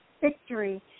victory